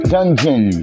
Dungeon